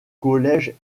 collège